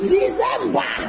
December